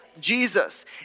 Jesus